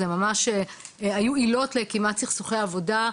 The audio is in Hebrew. ממש היו כמעט עילות לסכסוכי עבודה,